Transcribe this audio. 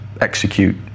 execute